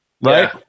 right